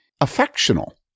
affectional